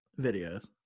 videos